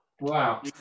Wow